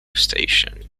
station